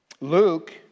Luke